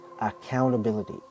accountability